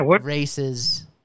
races